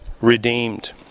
redeemed